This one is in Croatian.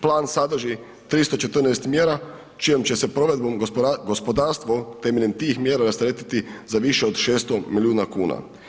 Plan sadrži 314 mjera čijom će se provedbom gospodarstvo temeljem tih mjera rasteretiti za više od 600 milijuna kuna.